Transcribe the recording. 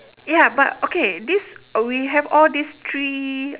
ya but okay this al~ we have all this three